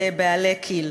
בעלי כי"ל.